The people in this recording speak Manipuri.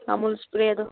ꯑꯃꯨꯜ ꯁ꯭ꯄꯔꯦꯗꯣ